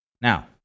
Now